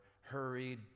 hurried